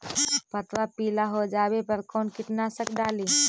पतबा पिला हो जाबे पर कौन कीटनाशक डाली?